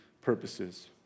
purposes